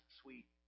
sweet